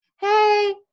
Hey